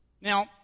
Now